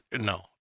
no